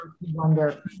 wonder